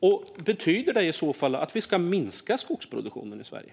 Och betyder det i så fall att vi ska minska skogsproduktionen i Sverige?